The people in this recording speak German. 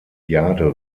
jade